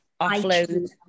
Offload